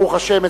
ברוך השם,